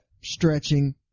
stretching